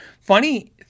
Funny